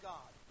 God